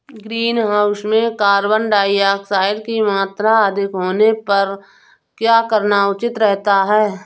Greenhouse में carbon dioxide की मात्रा अधिक होने पर क्या करना उचित रहता है?